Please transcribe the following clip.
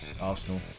Arsenal